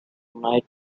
night